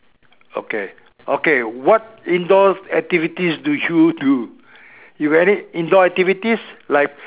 okay okay what indoor activities do you do you got any indoor activities like